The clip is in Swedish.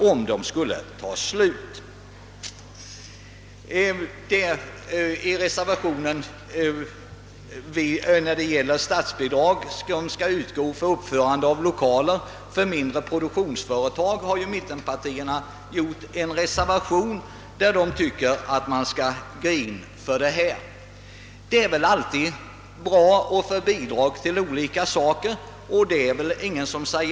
I en reservation föreslår mittenpartierna att statsbidrag skall utgå till uppförande av lokaler för mindre produktionsföretag och det ligger någonting positivt i det. Ingen säger väl nej till bidrag.